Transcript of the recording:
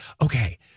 Okay